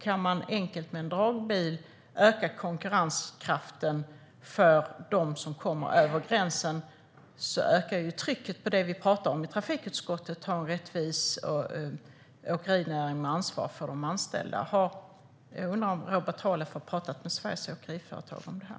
Kan man enkelt med en dragbil öka konkurrenskraften för dem som kommer över gränsen ökar trycket på det som vi pratar om i trafikutskottet. Det handlar om att ha en rättvis åkerinäring med ansvar för de anställda. Jag undrar om Robert Halef har pratat med Sveriges Åkeriföretag om det här.